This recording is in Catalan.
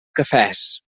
cafès